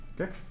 Okay